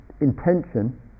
intention